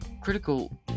critical